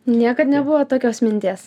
niekad nebuvo tokios minties